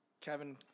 Kevin